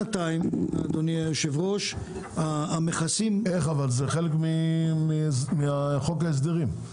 זה חלק מחוק ההסדרים,